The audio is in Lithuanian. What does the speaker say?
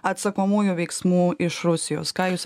atsakomųjų veiksmų iš rusijos ką jūs